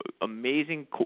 Amazing